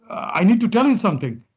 i need to tell you something.